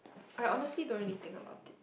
I honestly don't really think about it